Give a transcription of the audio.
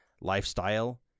lifestyle –